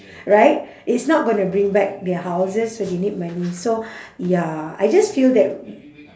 right it's not gonna bring back their houses so they need money so ya I just feel that